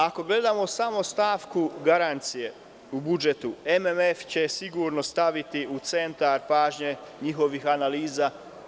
Ako gledamo samo stavku garancije u budžetu, MMF će sigurno to staviti u centar pažnje njihovih analiza.